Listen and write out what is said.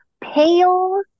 pale